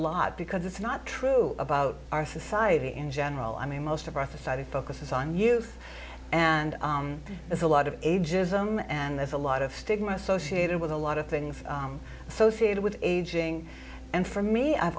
lot because it's not true about our society in general i mean most of our society focuses on youth and there's a lot of ages i'm and there's a lot of stigma associated with a lot of things associated with aging and for me i've